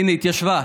הינה, היא התיישבה.